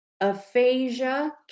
Aphasia